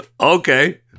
Okay